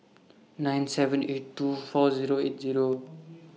nine seven eight two four Zero eight Zero